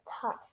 tough